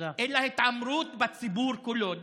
אלא התעמרות בציבור כולו.